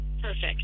perfect